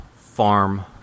farm